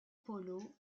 polo